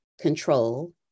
control